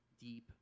deep